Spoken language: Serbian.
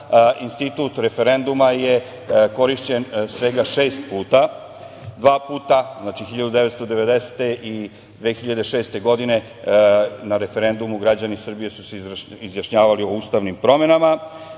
institut referenduma je korišćen svega šest puta. Dva puta, znači 1990. i 2006. godine na referendumu građani Srbije su se izjašnjavali o ustavnim promenama.